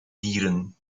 dieren